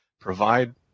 provide